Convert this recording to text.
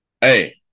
hey